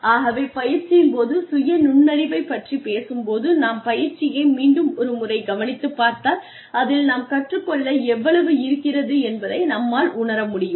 ஆகவே பயிற்சியின் போது சுய நுண்ணறிவைப் பற்றிப் பேசும்போது நாம் பயிற்சியை மீண்டும் ஒரு முறை கவனித்துப் பார்த்தால் அதில் நாம் கற்றுக்கொள்ள எவ்வளவு இருக்கிறது என்பதை நம்மால் உணரமுடியும்